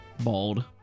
bald